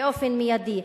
באופן מיידי,